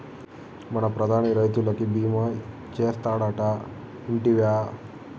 మన ప్రధాని రైతులకి భీమా చేస్తాడటా, ఇంటివా